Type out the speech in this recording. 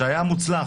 שהיה מוצלח,